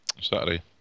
Saturday